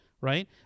right